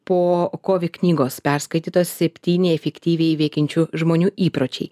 po kovi knygos perskaitytos septyni efektyviai veikiančių žmonių įpročiai